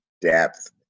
depth